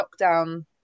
lockdown